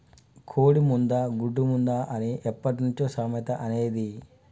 కోడి ముందా, గుడ్డు ముందా అని ఎప్పట్నుంచో సామెత అనేది